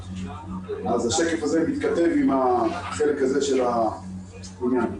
והשקף הזה מתכתב עם החלק הזה של הנתונים.